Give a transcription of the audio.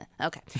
okay